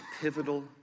pivotal